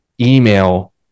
email